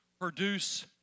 produce